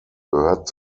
gehört